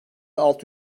altı